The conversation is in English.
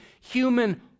human